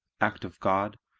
act of god,